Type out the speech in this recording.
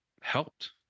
helped